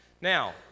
Now